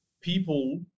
people